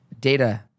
data